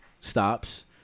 stops